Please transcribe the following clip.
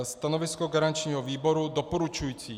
Stanovisko garančního výboru doporučující.